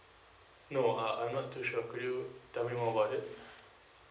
no uh I'm not too sure could you tell me more about it